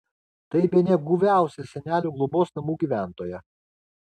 tai bene guviausia senelių globos namų gyventoja